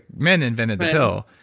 men invented the pill.